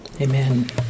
amen